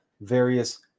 various